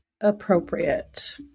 appropriate